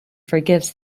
forgives